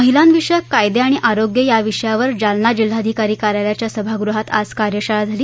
महिलांविषयक कायदे आणि आरोग्य या विषयावर जालना जिल्हाधिकारी कार्यालयाच्या सभागृहात आज कार्यशाळा झाली